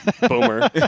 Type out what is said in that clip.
Boomer